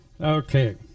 Okay